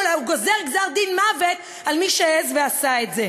אלא הוא גוזר גזר-דין מוות על מי שהעז ועשה את זה.